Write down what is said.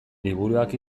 liburuak